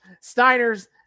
Steiner's